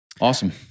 Awesome